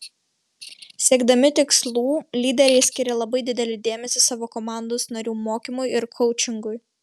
siekdami tikslų lyderiai skiria labai didelį dėmesį savo komandos narių mokymui ir koučingui